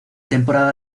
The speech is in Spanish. temporada